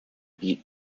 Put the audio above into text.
beat